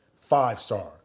five-star